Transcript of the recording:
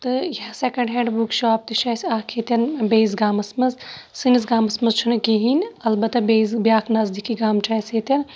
تہٕ یا second hand book shop تہِ چھِ اَسہِ اَکھ ییٚتٮ۪ن بیٚیِس گامَس منٛز سٲنِس گامَس منٛز چھُنہٕ کِہیٖنۍ نہٕ البتہ بیٚیِس بیٛاکھ نزدیٖکی گام چھُ اَسہِ ییٚتٮ۪ن